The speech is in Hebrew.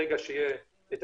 ברגע שיהיה האישור